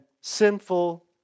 sinful